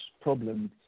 problems